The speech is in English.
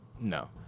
No